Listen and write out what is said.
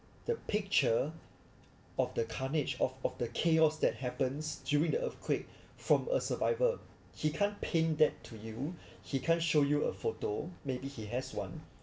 the picture of the carnage of of the chaos that happens during the earthquake from a survival he can't paint that to you he can't show you a photo maybe he has one